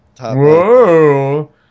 Whoa